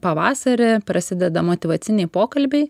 pavasarį prasideda motyvaciniai pokalbiai